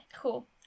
Cool